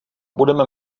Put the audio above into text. budeme